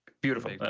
Beautiful